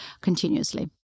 continuously